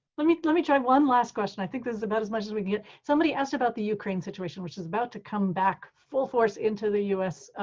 let me let me try one last question. i think this is about as much as we can somebody asked about the ukraine situation, which is about to come back full force into the us